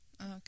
okay